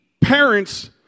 parents